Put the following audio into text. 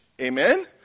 Amen